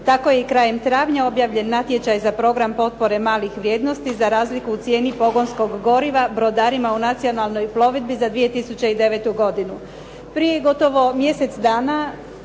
Tako je i krajem travnja objavljen natječaj za program potpore malih vrijednosti za razliku u cijeni pogonskog goriva brodarima u nacionalnoj plovidbi za 2009. godinu. Prije gotovo mjesec dana